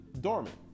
dormant